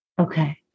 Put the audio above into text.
Okay